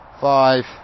five